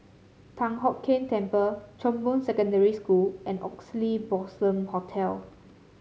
Thian Hock Keng Temple Chong Boon Secondary School and Oxley Blossom Hotel